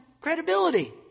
credibility